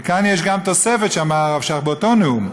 וכאן יש גם תוספת שאמר הרב שך באותו נאום: